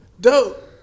Dope